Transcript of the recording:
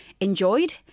enjoyed